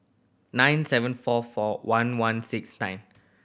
nine seven four four one one six nine